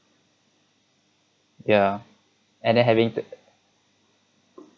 yeah and then having t~